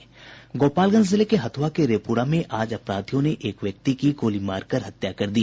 गोपालगंज जिले के हथ्रआ के रेपुरा में आज अपराधियों ने एक व्यक्ति की गोली मारकर हत्या कर दी